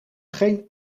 geen